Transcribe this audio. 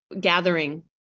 gathering